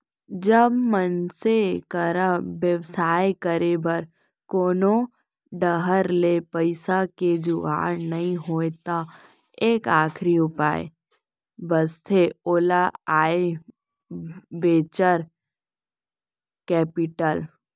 जब मनसे करा बेवसाय करे बर कोनो डाहर ले पइसा के जुगाड़ नइ होय त एक आखरी उपाय बचथे ओहा आय वेंचर कैपिटल